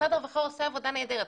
משרד הרווחה עושה עבודה נהדרת,